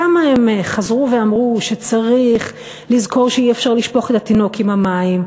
כמה הם חזרו ואמרו שצריך לזכור שאי-אפשר לשפוך את התינוק עם המים,